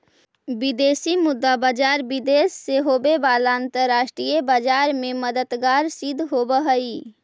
विदेशी मुद्रा बाजार विदेश से होवे वाला अंतरराष्ट्रीय व्यापार में मददगार सिद्ध होवऽ हइ